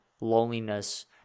loneliness